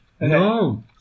No